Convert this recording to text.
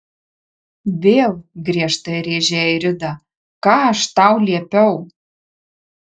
vėl griežtai rėžė airida ką aš tau liepiau